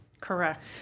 Correct